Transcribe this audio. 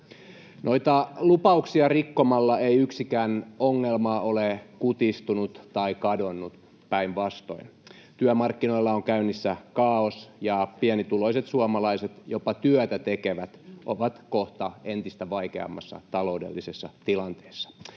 Noita lupauksia rikkomalla ei yksikään ongelma ole kutistunut tai kadonnut, päinvastoin. Työmarkkinoilla on käynnissä kaaos, ja pienituloiset suomalaiset, jopa työtä tekevät, ovat kohta entistä vaikeammassa taloudellisessa tilanteessa.